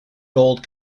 gold